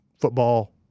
football